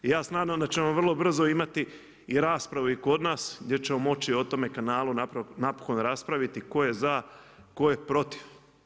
I ja smatram da ćemo vrlo brzo imati i raspravu i kod nas gdje ćemo moći o tome kanalu napokon raspraviti, tko je za, tko je protiv.